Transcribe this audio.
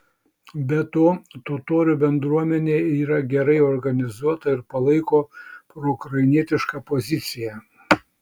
be to totorių bendruomenė yra gerai organizuota ir palaiko proukrainietišką poziciją